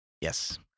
Yes